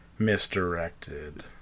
Misdirected